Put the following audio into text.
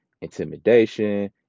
intimidation